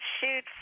shoot